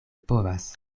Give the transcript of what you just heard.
povas